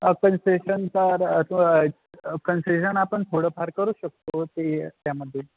अ concession फार concession आपण थोडंफार करू शकतो ते त्यामध्ये